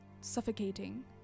suffocating